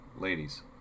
ladies